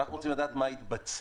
אנחנו רוצים לדעת מה התבצע.